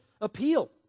appeal